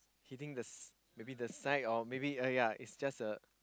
hitting the s~ maybe the snack or maybe ya it's just the